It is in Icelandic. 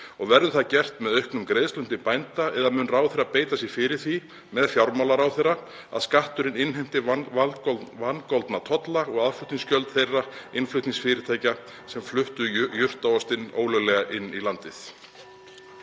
Verður það gert með auknum greiðslum til bænda eða mun ráðherra beita sér fyrir því með fjármálaráðherra að skatturinn innheimti vangoldna tolla og aðflutningsgjöld þeirra innflutningsfyrirtækja sem fluttu jurtaostinn ólöglega inn í landið?